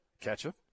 ketchup